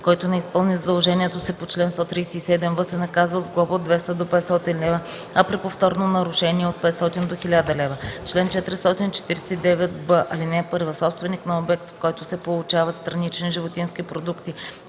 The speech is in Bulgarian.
който не изпълни задължението си по чл. 137в, се наказва с глоба от 200 до 500 лв., а при повторно нарушение – от 500 до 1000 лв. Чл. 449б. (1) Собственик на обект, в който се получават странични животински продукти,